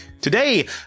Today